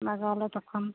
ᱞᱟᱜᱟᱣᱟᱞᱮ ᱛᱚᱠᱷᱚᱱ